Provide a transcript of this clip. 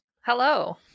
Hello